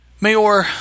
Mayor